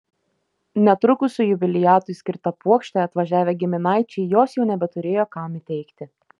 netrukus su jubiliatui skirta puokšte atvažiavę giminaičiai jos jau nebeturėjo kam įteikti